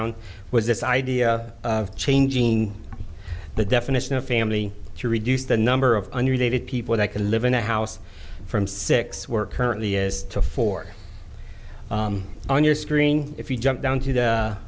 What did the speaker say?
d was this idea of changing the definition of family to reduce the number of unrelated people that can live in a house from six work currently is to four on your screen if you jump down to the